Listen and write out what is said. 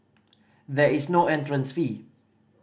there is no entrance fee